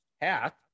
hat